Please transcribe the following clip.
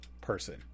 person